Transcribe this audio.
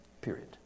Period